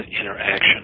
interaction